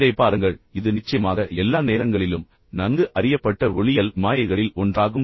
இதைப் பாருங்கள் இது நிச்சயமாக எல்லா நேரங்களிலும் நன்கு அறியப்பட்ட ஒளியியல் மாயைகளில் ஒன்றாகும்